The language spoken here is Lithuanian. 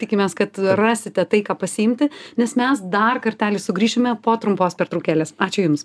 tikimės kad rasite tai ką pasiimti nes mes dar kartelį sugrįšime po trumpos pertraukėlės ačiū jums